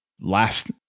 Last